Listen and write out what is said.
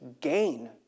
gain